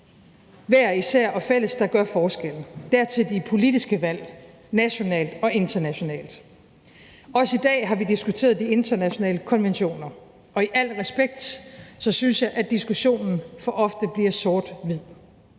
hver især og fælles, der gør forskellen; dertil de politiske valg, nationalt og internationalt. Også i dag har vi diskuteret de internationale konventioner, og med al respekt synes jeg, at diskussionen for ofte bliver sort-hvid.